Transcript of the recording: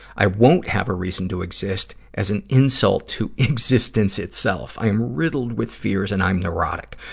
i won't have a reason to exist, as an insult to existence itself. i am riddled with fears and i'm neurotic.